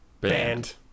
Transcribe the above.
Banned